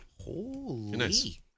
Holy